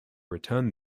return